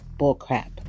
Bullcrap